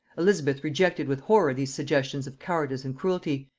elizabeth rejected with horror these suggestions of cowardice and cruelty,